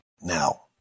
Now